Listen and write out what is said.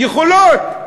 יכולות.